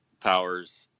powers